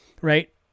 right